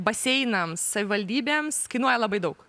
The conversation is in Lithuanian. baseinams savivaldybėms kainuoja labai daug